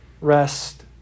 rest